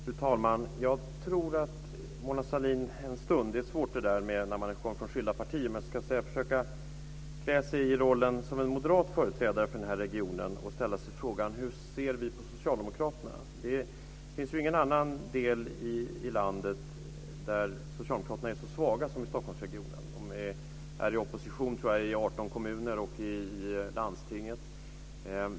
Fru talman! Det är svårt när man kommer från skilda partier, men jag skulle önska att Mona Sahlin skulle försöka ikläda sig rollen som moderat företrädare för den här regionen och ställa sig frågan: Hur ser vi på socialdemokraterna? Det finns ingen annan del i landet där socialdemokraterna är så svaga som i Stockholmsregion. De är i opposition i 18 kommuner och i landstinget.